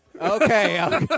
Okay